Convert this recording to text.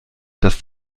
dass